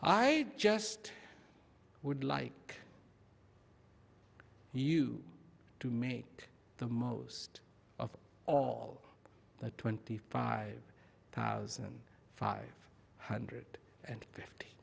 i just would like you to make the most of all that twenty five thousand five hundred and fifty